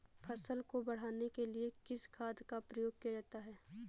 फसल को बढ़ाने के लिए किस खाद का प्रयोग किया जाता है?